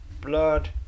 blood